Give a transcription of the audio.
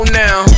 now